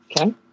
Okay